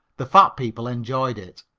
the fat people enjoyed it.